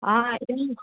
on